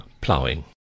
ploughing